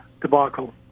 debacle